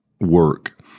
work